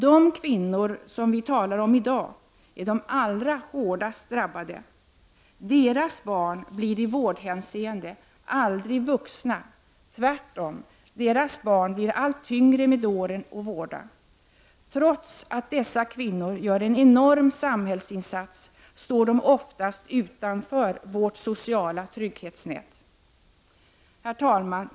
De kvinnor vi talar om i dag är de allra hårdast drabbade. Deras barn blir i vårdhänseende aldrig vuxna utan tvärtom, de blir allt tyngre med åren att vårda. Trots att dessa kvinnor gör en enorm samhällsinsats, står de oftast utanför vårt sociala trygghetsnät. Herr talman!